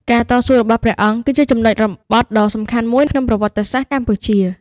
ការតស៊ូរបស់ព្រះអង្គគឺជាចំណុចរបត់ដ៏សំខាន់មួយក្នុងប្រវត្តិសាស្ត្រកម្ពុជា។